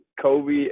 Kobe